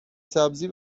سبزی